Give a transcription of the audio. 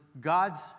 God's